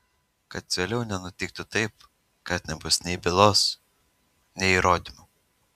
kad vėliau nenutiktų taip kad nebus nei bylos nei įrodymų